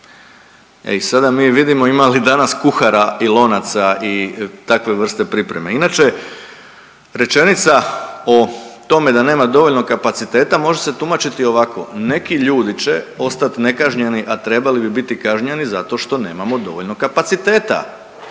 E i sada mi vidimo ima li danas kuhara i lonaca i takve vrste pripreme. Inače, rečenica o tome da nema dovoljno kapaciteta može se tumačiti i ovako. Neki ljudi će ostat nekažnjeni, a trebali bi biti kažnjeni zato što nemamo dovoljno kapaciteta.